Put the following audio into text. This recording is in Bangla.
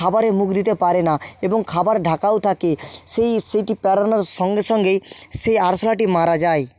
খাবারে মুখ দিতে পারে না এবং খাবার ঢাকাও থাকে সেই সেটি পেরনোর সঙ্গে সঙ্গেই সেই আরশোলাটি মারা যায়